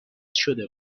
شده